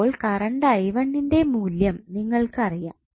ഇപ്പോൾ കറണ്ട് ന്റെ മൂല്യം നിങ്ങൾക്ക് അറിയാം